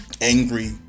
angry